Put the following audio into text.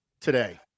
today